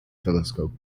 telescope